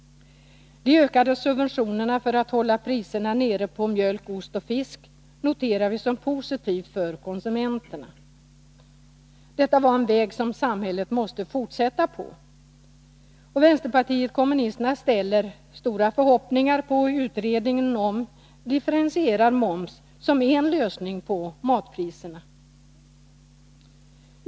De ökade subventionerna för att hålla nere priserna på mjölk, ost och fisk noterar vi som positivt för konsumenterna. Detta är en väg som samhället måste fortsätta på. Vpk ställer stora förhoppningar på utredningen om differentierad moms, som kan vara en lösning på frågan om matpriserna.